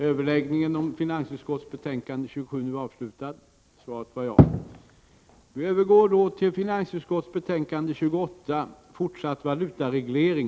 Kammaren övergår nu till att debattera finansutskottets betänkande 28 om fortsatt valutareglering.